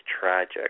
tragic